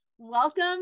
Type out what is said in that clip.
Welcome